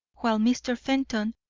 while mr. fenton,